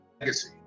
legacy